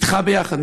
אתך ביחד,